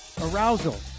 arousal